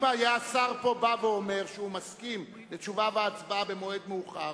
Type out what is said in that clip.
אם השר היה בא ואומר שהוא מסכים לתשובה והצבעה במועד מאוחר,